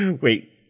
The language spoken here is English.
Wait